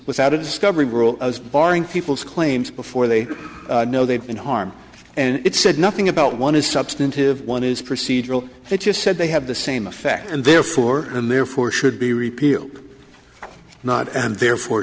without a discovery rule as barring people's claims before they know they've been harmed and it said nothing about one is substantive one is procedural it just said they have the same effect and therefore and therefore should be repealed not and therefore